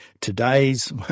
today's